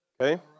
Okay